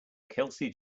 kelsey